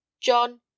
John